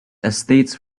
estates